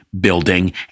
building